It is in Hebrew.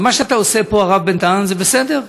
מה שאתה עושה פה, הרב בן-דהן, זה בסדר.